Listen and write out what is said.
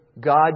God